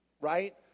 Right